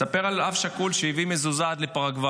אני מספר על אב שכול שהביא מזוזה עד לפרגוואי.